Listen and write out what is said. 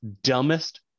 dumbest